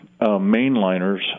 mainliners